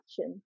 action